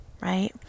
right